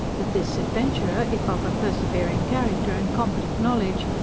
that this adventurer, if of a persevering character and competent knowledge,